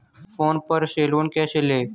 Phone पर से loan कैसे लें?